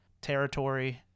territory